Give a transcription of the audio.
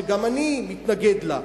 שגם אני מתנגד לה,